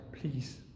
please